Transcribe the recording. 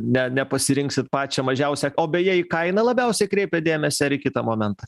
ne nepasirinksit pačią mažiausią o beje į kainą labiausiai kreipiat dėmesį ar į kitą momentą